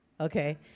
okay